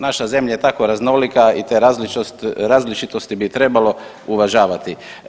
Naša zemlja je tako raznolika i te različitosti bi trebalo uvažavati.